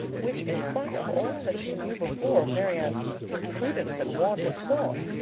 which in spite of all that she knew before of marianne's imprudence and want of thought,